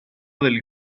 del